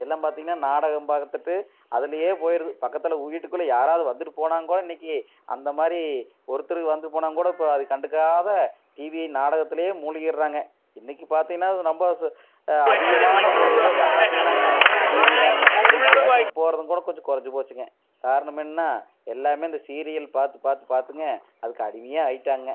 எல்லாம் பார்த்திங்கனா நாடகம் பார்த்துட்டு அதுலேயே போய்விடுது பக்கத்தில் வீட்டுக்குள்ளே யாராவது வந்துட்டு போனாங்க கூட இன்றைக்கு அந்த மாதிரி ஒருத்தருக்கு வந்து போனாங்க கூட இப்போ அது கண்டுக்காத டிவி நாடகத்துலேயே மூழ்கிடுறாங்க இன்றைக்கு பார்த்திங்கனா நம்ம அதிகமான பொழுதுபோக்குன்னு பார்த்திங்கனாங்க டிவி தானுங்க இன்றைக்கு தியேட்டருக்கு போகிறதுங் கூட கொஞ்சம் குறஞ்சி போச்சுங்க காரணமென்னன்னால் எல்லாமே இந்த சீரியல் பார்த்து பார்த்து பார்த்துங்க அதுக்கு அடிமையே ஆகிட்டாங்க